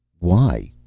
why?